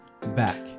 back